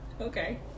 Okay